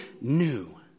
new